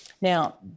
Now